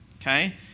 okay